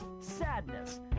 sadness